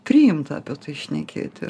priimta apie tai šnekėti